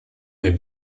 may